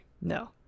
No